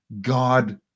God